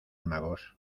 magos